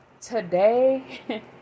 Today